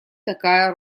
такая